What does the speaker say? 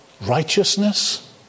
righteousness